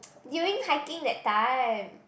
during hiking that time